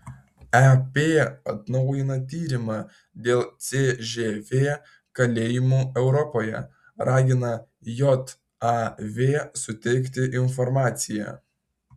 ep atnaujina tyrimą dėl cžv kalėjimų europoje ragina jav suteikti informaciją